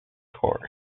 course